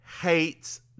hates